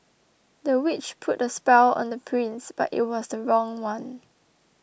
the witch put a spell on the prince but it was the wrong one